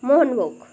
মোহনভোগ